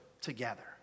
together